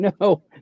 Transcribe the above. no